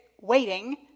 waiting